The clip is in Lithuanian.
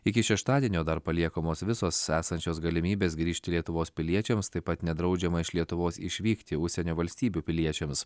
iki šeštadienio dar paliekamos visos esančios galimybės grįžti lietuvos piliečiams taip pat nedraudžiama iš lietuvos išvykti užsienio valstybių piliečiams